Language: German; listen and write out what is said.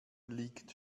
liegt